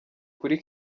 kuri